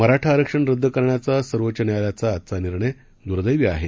मराठा आरक्षण रद्द करण्याचा सर्वोच्च न्यायालयाचा आजचा निर्णय दुर्देवी आहे